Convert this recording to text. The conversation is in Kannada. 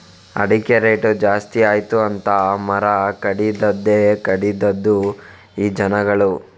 ಅಡಿಕೆ ರೇಟು ಜಾಸ್ತಿ ಆಯಿತು ಅಂತ ಮರ ಕಡಿದದ್ದೇ ಕಡಿದದ್ದು ಈ ಜನಗಳು